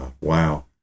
Wow